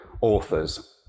authors